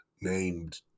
named